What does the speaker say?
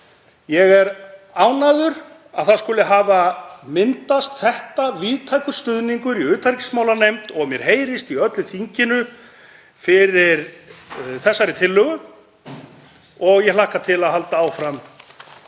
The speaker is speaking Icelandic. Ég er ánægður að það skuli hafa myndast þetta víðtækur stuðningur í utanríkismálanefnd og mér heyrist í öllu þinginu fyrir þessari tillögu og ég hlakka til að halda áfram